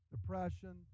depression